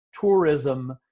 tourism